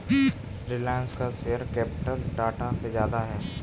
रिलायंस का share capital Tata से ज्यादा है